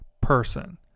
person